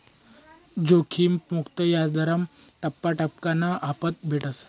जोखिम मुक्त याजदरमा टप्पा टप्पाकन हापता भेटस